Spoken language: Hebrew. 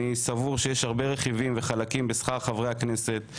אני סבור שיש הרבה רכיבים וחלקים בשכר חברי הכנסת,